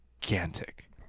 gigantic